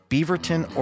Beaverton